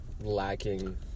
lacking